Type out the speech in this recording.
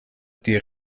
die